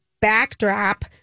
backdrop